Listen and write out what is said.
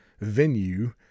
venue